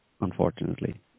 unfortunately